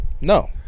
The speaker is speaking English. No